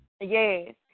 Yes